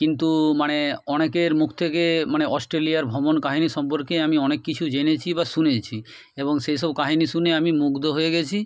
কিন্তু মানে অনেকের মুখ থেকে মানে অস্ট্রেলিয়ার ভ্রমণ কাহিনি সম্পর্কে আমি অনেক কিছু জেনেছি বা শুনেছি এবং সেই সব কাহিনি শুনে আমি মুগ্ধ হয়ে গিয়েছি